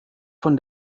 von